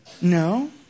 No